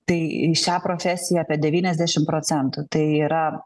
tai į šią profesiją apie devyniasdešimt procentų tai yra